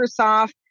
microsoft